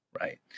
right